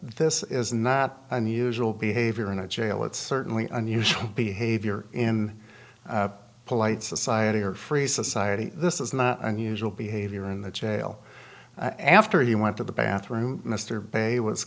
this is not unusual behavior in a jail it's certainly unusual behavior in polite society or free society this is not unusual behavior in the jail after he went to the bathroom mr bay was